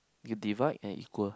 you divide and equal